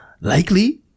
likely